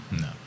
No